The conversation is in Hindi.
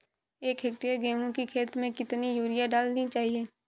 एक हेक्टेयर गेहूँ की खेत में कितनी यूरिया डालनी चाहिए?